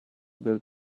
build